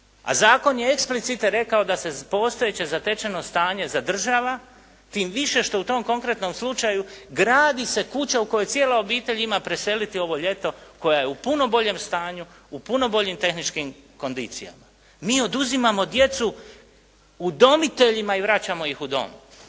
a zakon je eksplicite rekao da se postojeće zatečeno stanje zadržava, tim više što u tom konkretnom slučaju gradi se kuća u kojoj cijela obitelj ima preseliti ovo ljeto, koja je u puno boljem stanju u puno boljim tehničkim kondicijama. Mi oduzimamo djecu udomiteljima i vraćamo ih u dom.